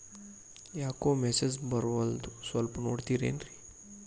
ಯಾಕೊ ಮೆಸೇಜ್ ಬರ್ವಲ್ತು ಸ್ವಲ್ಪ ನೋಡ್ತಿರೇನ್ರಿ?